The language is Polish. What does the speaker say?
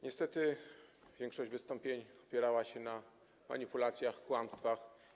Niestety większość wystąpień opierała się na manipulacjach, kłamstwach.